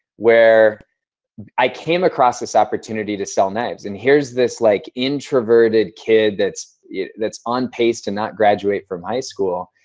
where i came across this opportunity to sell knives. and here's this like introverted kid that's that's on pace to not graduate from high school.